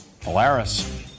Polaris